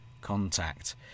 contact